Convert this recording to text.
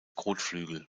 kotflügel